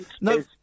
no